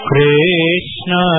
Krishna